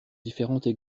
différentes